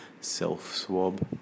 self-swab